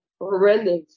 horrendous